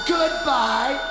Goodbye